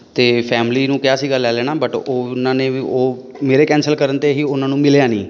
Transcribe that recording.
ਅਤੇ ਫੈਮਿਲੀ ਨੂੰ ਕਿਹਾ ਸੀਗਾ ਲੈ ਲੈਣਾ ਬਟ ਉਹ ਉਹਨਾਂ ਨੇ ਵੀ ਉਹ ਮੇਰੇ ਕੈਂਸਲ ਕਰਨ 'ਤੇ ਹੀ ਉਹਨਾਂ ਨੂੰ ਮਿਲਿਆ ਨਹੀਂ